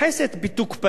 דרך אגב,